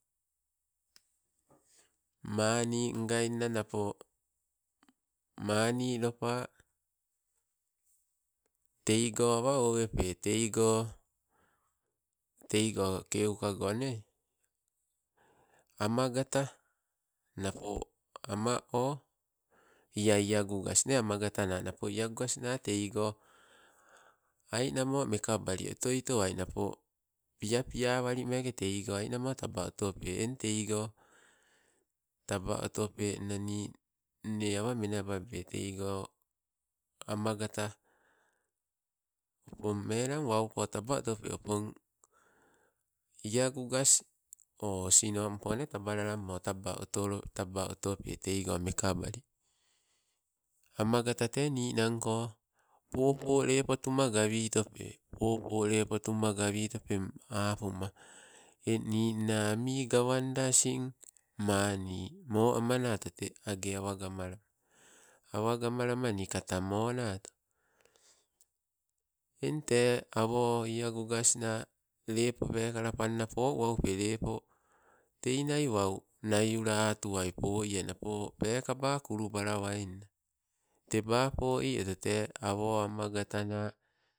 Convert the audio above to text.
Maani angainna napo maani lopa teigo awa owepe, teigo, teigo keukago nee. Amagata napo ama- o, ia iagugas nee amagatana napo iagugas na teigo ainamo mekabali otoi toai napo, piapia walimeke teigo ainamo taba otope. Eng tei go, taba otopenna nii nne awa menababe, teigo amagata. Opong melang wauko taba otope, opon iagugas o osinompo nee tabalalammo taba otolo, taba otope teigo mekabali. Amagatate ninangko popo lepo tuma gawitope popo lepo tumagawitope. Apuma eng ninna ami gawanada asi, mani moamanato te, age awa gamalama awa gamelama nii kato monato. Eng te awo iagugasna, lepo pekala panna po uwalupe, lepo tei nai wau naiula atuwei po ii napo, peekaba kulubalawai nna. Teba poi oto te awo amagutana